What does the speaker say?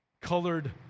Colored